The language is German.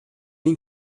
den